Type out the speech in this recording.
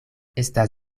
estas